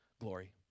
glory